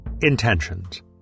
Intentions